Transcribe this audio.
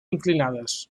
inclinades